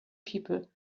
people